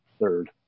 third